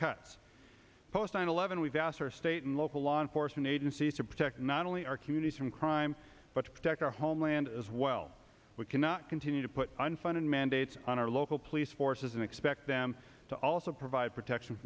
cuts post nine eleven we've asked our state and local law enforcement agencies to protect not only our communities from crime but to protect our homeland as well we cannot continue to put unfunded mandates on our local police forces and expect them to also vive protection